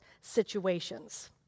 situations